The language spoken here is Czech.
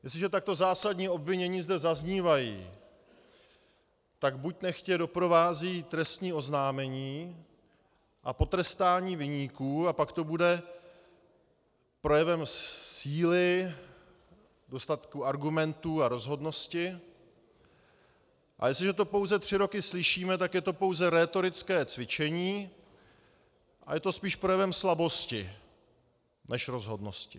Jestliže takto zásadní obvinění zde zaznívají, tak buď nechť je doprovází trestní oznámení a potrestání viníků, a pak to bude projevem síly, dostatku argumentů a rozhodnosti, a jestliže to pouze tři roky slyšíme, tak je to pouze rétorické cvičení a je to spíš projevem slabosti než rozhodnosti.